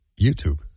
YouTube